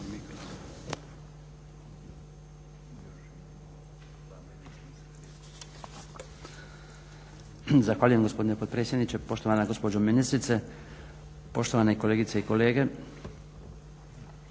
Zahvaljujem gospodine potpredsjedniče, poštovana gospođo ministrice, poštovane kolegice i kolege.